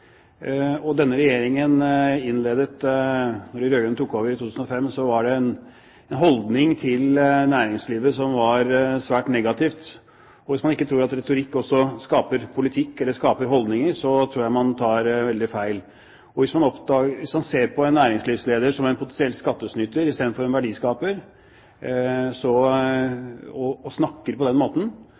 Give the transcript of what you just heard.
i 2005, var det en holdning til næringslivet som var svært negativ. Og hvis man ikke tror at retorikk også skaper politikk eller skaper holdninger, tror jeg man tar veldig feil. Hvis man ser på en næringslivsleder som en potensiell skattesnyter istedenfor en verdiskaper, og snakker på den måten,